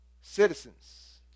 citizens